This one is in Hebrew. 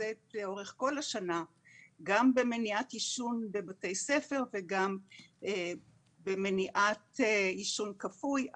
שנעשית לאורך כל השנה גם במניעת עישון בבתי ספר וגם במניעת עישון כפוי.